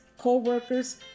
co-workers